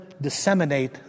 disseminate